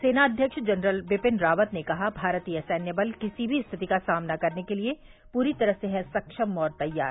सेनाध्यक्ष जनरल विपिन रावत ने कहा भारतीय सैन्य बल किसी भी स्थिति का सामना करने के लिए पूरी तरह से है सक्षम और तैयार